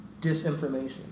disinformation